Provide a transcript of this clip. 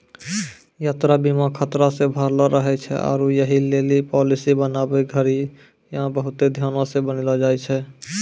यात्रा बीमा खतरा से भरलो रहै छै आरु यहि लेली पालिसी बनाबै घड़ियां बहुते ध्यानो से बनैलो जाय छै